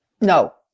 No